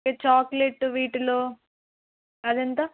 ఈ చాక్లెటు వీటిలో అది ఎంత